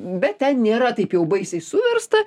bet ten nėra taip jau baisiai suversta